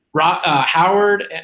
Howard